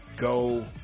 Go